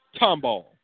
tomball